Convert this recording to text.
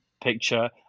picture